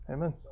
Amen